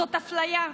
זה אפליה.